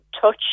touch